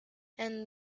and